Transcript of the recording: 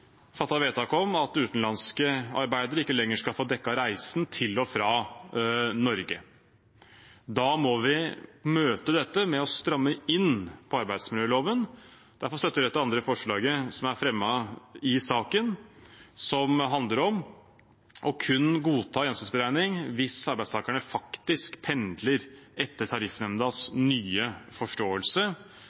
fattet vedtak om at utenlandske arbeidere ikke lenger skal få dekket reisen til og fra Norge. Da må vi møte dette med å stramme inn på arbeidsmiljøloven. Derfor støtter Rødt det andre forslaget som er fremmet i saken, som handler om kun å godta gjennomsnittsberegning hvis arbeidstakerne faktisk pendler etter Tariffnemndas nye forståelse.